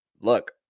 look